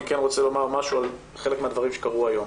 אני כן רוצה לומר משהו על חלק מהדברים שקרו היום.